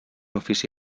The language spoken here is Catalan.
ofici